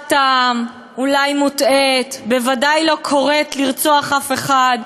אולי מוטעית, בוודאי לא קוראת לרצוח אף אחד.